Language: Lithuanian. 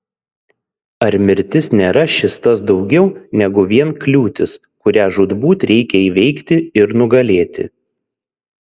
ar mirtis nėra šis tas daugiau negu vien kliūtis kurią žūtbūt reikia įveikti ir nugalėti